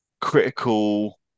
critical